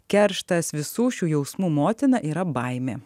kerštas visų šių jausmų motina yra baimė